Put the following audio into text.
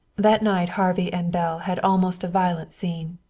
that night harvey and belle had almost a violent scene.